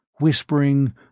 whispering